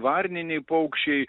varniniai paukščiai